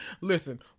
Listen